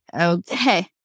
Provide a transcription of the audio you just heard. okay